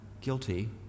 guilty